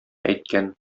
әйткән